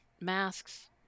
masks